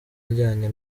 ajyanye